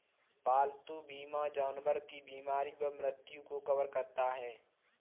पालतू बीमा जानवर की बीमारी व मृत्यु को कवर करता है